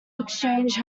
exchange